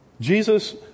Jesus